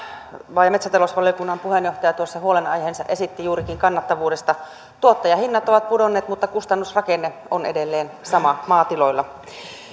maa ja metsätalousvaliokunnan puheenjohtaja tuossa huolenaiheensa esitti juurikin kannattavuudesta tuottajahinnat ovat pudonneet mutta kustannusrakenne on edelleen sama maatiloilla